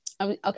okay